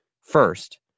First